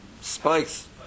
spikes